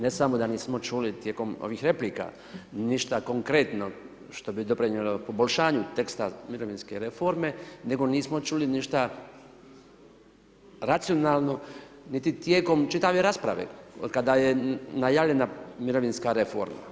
Ne samo da nismo čuli tijekom ovih replika ništa konkretno što bi doprinijelo poboljšanju teksta mirovinske reforme, nego nismo čuli ništa racionalno, niti tijekom čitave rasprave, od kada je najavljena mirovinska reforma.